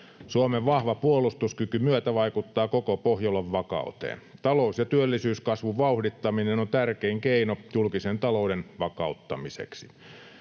Suomen vahva puolustuskyky myötävaikuttaa koko Pohjolan vakauteen. Talous- ja työllisyyskasvun vauhdittaminen on tärkein keino julkisen talouden vakauttamiseksi.